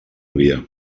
via